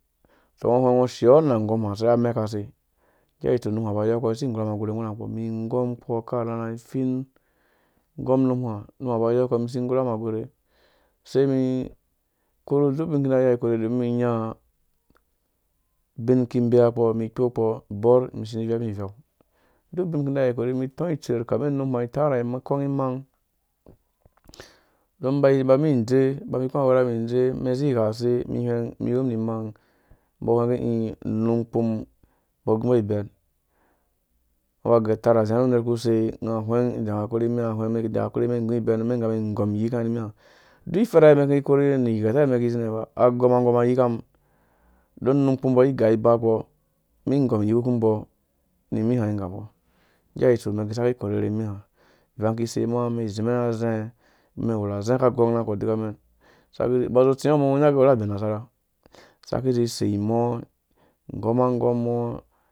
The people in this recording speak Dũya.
Uto ungo ushia na nggɔm hã usei amek aka sei nggea itsu unum hu uba uyokpɔ isi inggwerhu mum agwerhe nggu ukpɔ umum inggom ukpo akarharha ifiin inggɔm unum hã unum uhã uba nyɔkpɔ isi inggwerhumum agwerhe sei umi korhe uduk ubin kpurukpi iki iya korhe omin umum inyaa ubin mum iki ĩbeakpɔ umi ikpɔkpɔ bɔr umum isi ivɛpu ivɛu uduk ubi mum iki iya korhe umum itɔ̃ itser kami unum hã ĩba ikong imang on ĩba umin indze ubamum ikũ awerha maa idze umɛn izi iyha use? Umum inya umum iwumum ni imang umbɔ aka age ii unum ukpum agũmbɔ ibɛn aba atar azĩã nu uner ukusei unga ahwen inda unga akai ikorhe rimihã nga ahwen amɛk aki unda akurhe rimiha hã umɛn ĩdaki ĩgɔm iyiki nga nimihã. Dukifarhe yere umɛn iki korhe nu igheta umɛn iki izi nɛ̃ ufaa agomanggɔm ayikamum don unum ukpambɔ ai gai ubakpɔ umi inggɔm iyiku umbɔ nimiha igambo nggea itsu umɛn iki isaki ikurhe rimihã ivang ikisei umaa umɛn izĩmɛn azɛ̃ɛ̃ aka gɔng na kɔ udika mɛn uba uzi utsi ɔ umɔ ungo unya uge ungo uwuw ra abĩ anasara ĩba iki izĩ isei umɔ̃ inggɔm umɔ̃ɔ̃